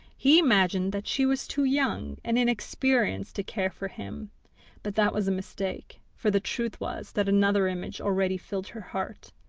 he imagined that she was too young and inexperienced to care for him but that was a mistake, for the truth was that another image already filled her heart.